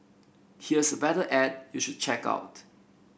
here's a better ad you should check out